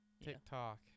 TikTok